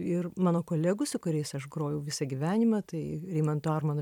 ir mano kolegų su kuriais aš grojau visą gyvenimą tai rimanto armono